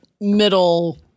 middle